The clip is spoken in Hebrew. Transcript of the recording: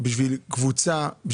בשביל קבוצה,